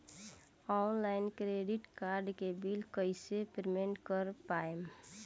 Online credit card के bill कइसे payment कर पाएम?